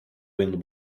wind